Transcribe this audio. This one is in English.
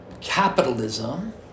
Capitalism